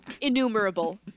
innumerable